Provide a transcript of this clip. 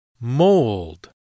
Mold